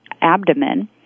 abdomen